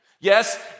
yes